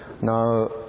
Now